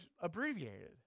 abbreviated